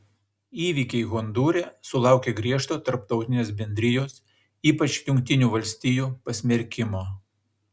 įvykiai hondūre sulaukė griežto tarptautinės bendrijos ypač jungtinių valstijų pasmerkimo